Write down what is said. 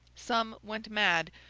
some went mad,